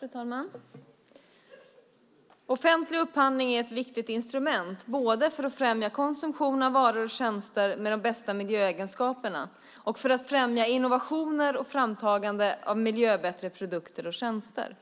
Fru talman! Offentlig upphandling är ett viktigt instrument, både för att främja konsumtion av varor och tjänster med de bästa miljöegenskaperna och för att främja innovationer och framtagande av miljöbättre produkter och tjänster.